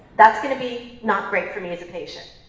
that's gonna be not great for me as a patient,